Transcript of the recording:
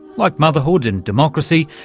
like motherhood and democracy,